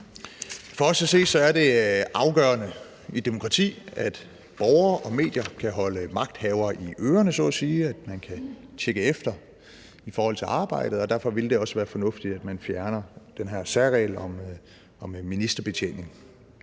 For os at se er det afgørende i et demokrati, at borgere og medier så at sige kan holde magthavere i ørerne, altså at man kan tjekke efter i forhold til arbejdet, og derfor ville det også være fornuftigt, at man fjernede den her særregel om ministerbetjening.